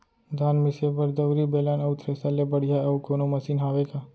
धान मिसे बर दउरी, बेलन अऊ थ्रेसर ले बढ़िया अऊ कोनो मशीन हावे का?